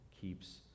keeps